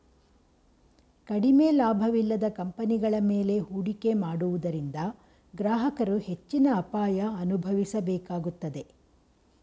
ಕಡಿಮೆ ಲಾಭವಿಲ್ಲದ ಕಂಪನಿಗಳ ಮೇಲೆ ಹೂಡಿಕೆ ಮಾಡುವುದರಿಂದ ಗ್ರಾಹಕರು ಹೆಚ್ಚಿನ ಅಪಾಯ ಅನುಭವಿಸಬೇಕಾಗುತ್ತದೆ